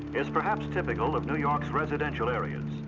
it's perhaps typical of new york's residential areas.